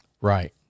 Right